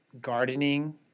gardening